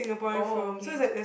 oh okay